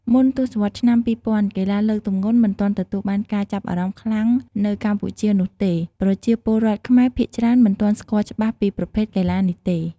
មុនទសវត្សរ៍ឆ្នាំ២០០០ កីឡាលើកទម្ងន់មិនទាន់ទទួលបានការចាប់អារម្មណ៍ខ្លាំងនៅកម្ពុជានោះទេ។ ប្រជាពលរដ្ឋខ្មែរភាគច្រើនមិនទាន់ស្គាល់ច្បាស់ពីប្រភេទកីឡានេះទេ។